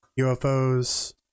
UFOs